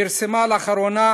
פרסמה לאחרונה